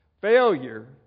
Failure